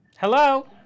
Hello